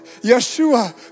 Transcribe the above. Yeshua